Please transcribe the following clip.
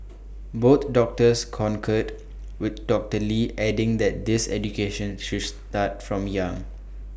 both doctors concurred with doctor lee adding that this education should start from young